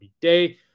day